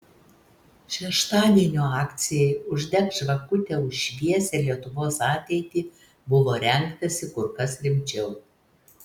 šeštadienio akcijai uždek žvakutę už šviesią lietuvos ateitį buvo rengtasi kur kas rimčiau